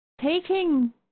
taking